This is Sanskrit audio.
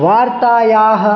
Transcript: वार्तायाः